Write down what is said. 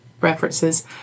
references